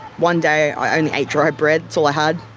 one day i only ate dry bread, it's all i had.